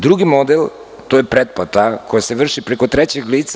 Drugi model, to je pretplata koja se vrši preko trećeg lica.